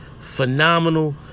phenomenal